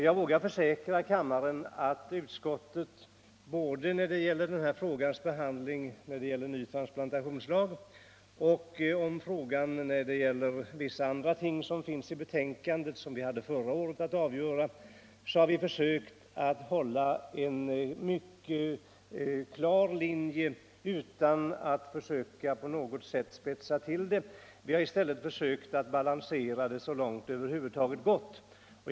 Jag vågar försäkra kammaren att utskottet när det gäller behandlingen av både frågan om den nya transplantationslagen och vissa andra spörsmål försökt följa en mycket klar linje, utan att på något sätt spetsa till frågeställningarna. Vi har i stället försökt balansera dessa så långt det över huvud taget varit möjligt.